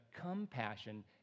compassion